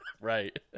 Right